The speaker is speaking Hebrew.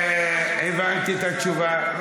הבנתי את התשובה.